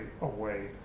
away